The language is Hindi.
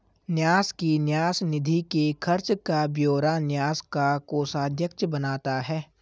न्यास की न्यास निधि के खर्च का ब्यौरा न्यास का कोषाध्यक्ष बनाता है